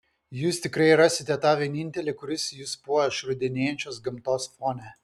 jūs tikrai rasite tą vienintelį kuris jus puoš rudenėjančios gamtos fone